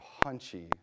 punchy